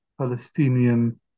Palestinian